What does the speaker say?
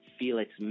Felix